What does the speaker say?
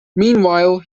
meanwhile